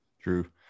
true